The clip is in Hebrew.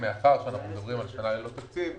מאחר שאנחנו מדברים על שנה ללא תקציב,